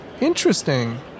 Interesting